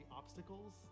obstacles